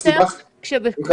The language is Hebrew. בסוף --- שנייה, תקשיב רגע.